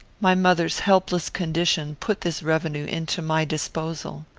my mother's helpless condition put this revenue into my disposal.